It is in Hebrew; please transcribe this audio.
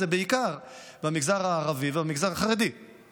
זה בעיקר במגזר הערבי ובמגזר החרדי,